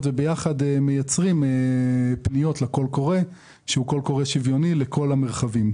וביחד מייצרים פניות של קול קורא שוויוני לכל המרחבים.